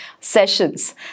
sessions